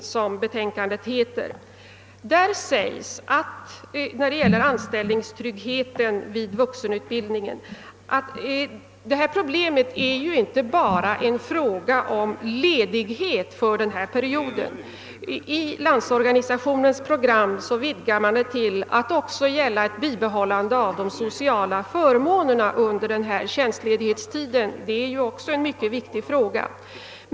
När det gäller anställningstryggheten i samband med vuxenutbildningen sägs i betänkandet, att detta inte bara är en fråga om ledighet för den period ut bildningen omfattar. LO utvidgar i sitt program frågan till att även gälla ett bibehållande av de sociala förmånerna under denna tjänstledighet. Detta är också en mycket viktig fråga.